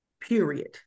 period